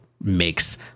makes